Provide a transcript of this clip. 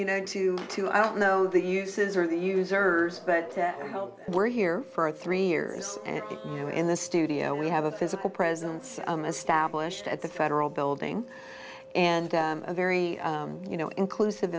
you know to to i don't know that uses are the users but we're here for three years and you know in the studio we have a physical presence as stablished at the federal building and a very you know inclusive